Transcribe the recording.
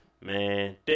Man